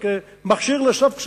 או כמכשיר לאסוף כספים.